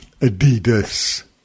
Adidas